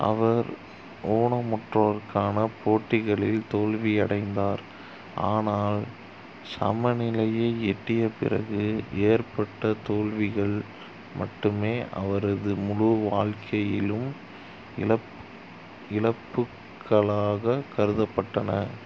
அவர் ஊனமுற்றோருக்கான போட்டிகளில் தோல்வியடைந்தார் ஆனால் சமநிலையை எட்டிய பிறகு ஏற்பட்ட தோல்விகள் மட்டுமே அவரது முழு வாழ்க்கையிலும் இழப் இழப்புக்களாகக் கருதப்பட்டன